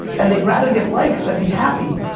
and they rather get likes than be happy,